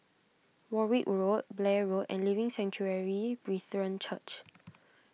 Warwick Road Blair Road and Living Sanctuary Brethren Church